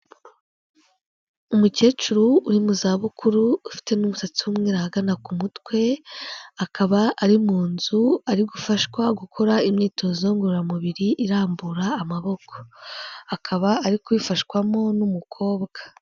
Umukecuru uri mu za bukuru, ufite n'umusatsi umweru ahagana ku mutwe, akaba ari mu nzu, ari gufashwa gukora imyitozo ngororamubiri irambura amaboko, akaba ari kubifashwamo n'umukobwa.